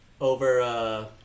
over